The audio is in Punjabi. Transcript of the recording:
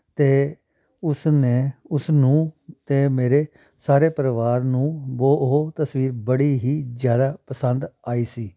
ਅਤੇ ਉਸ ਨੇ ਉਸ ਨੂੰ ਅਤੇ ਮੇਰੇ ਸਾਰੇ ਪਰਿਵਾਰ ਨੂੰ ਵੋ ਉਹ ਤਸਵੀਰ ਬੜੀ ਹੀ ਜ਼ਿਆਦਾ ਪਸੰਦ ਆਈ ਸੀ